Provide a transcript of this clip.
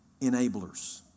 enablers